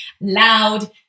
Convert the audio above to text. loud